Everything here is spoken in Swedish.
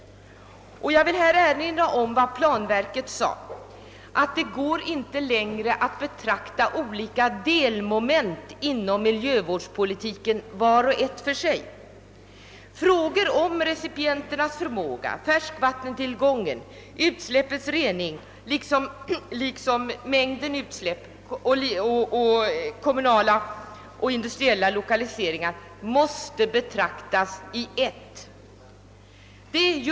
Jag vill erinra om vad planverket framhållit, nämligen att det inte går längre att behandla olika moment inom miljövårdspolitiken vart och ett för sig. Frågor om recipienternas förmåga, färskvattentillgången, utsläppens reningsgrad och storlek liksom kommunala och industriella lokaliseringar måste betraktas i ett sammanhang.